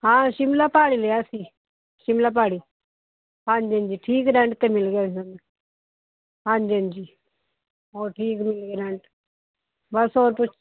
ਹਾਂ ਸ਼ਿਮਲਾ ਪਹਾੜ ਲਿਆ ਅਸੀਂ ਸ਼ਿਮਲਾ ਪਹਾੜੀ ਹਾਂਜੀ ਹਾਂਜੀ ਠੀਕ ਰੈਂਟ 'ਤੇ ਮਿਲ ਗਿਆ ਹਾਂਜੀ ਹਾਂਜੀ ਹੋਰ ਠੀਕ ਮਿਲ ਗਿਆ ਰੈਂਟ ਬਸ ਹੋਰ ਕੁ